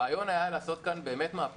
הרעיון היה לעשות כאן מהפכה,